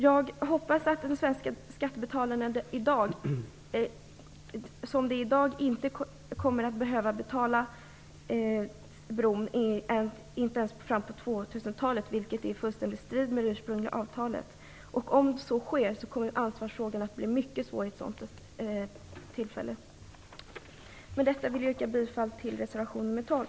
Jag hoppas att de svenska skattebetalarna inte kommer att få betala bron, inte ens under 2000 talet, något som skulle vara helt i strid med det ursprungliga avtalet. Om så sker kommer ansvarsfrågan då att bli mycket svår att lösa. Med detta vill jag yrka bifall till reservation nr 12.